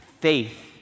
faith